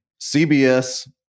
CBS